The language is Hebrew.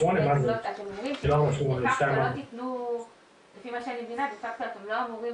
דפקטו אתם לא אמורים